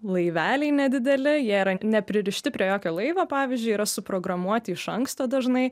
laiveliai nedideli jie yra nepririšti prie jokio laivo pavyzdžiui yra suprogramuoti iš anksto dažnai